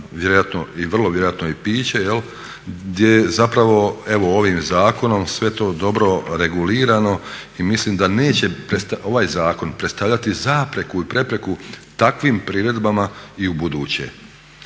vrlo vjerojatno i piće gdje evo ovim zakonom sve to dobro regulirano. Mislim da ovaj zakon neće predstavljati zapreku i prepreku takvim priredbama i ubuduće.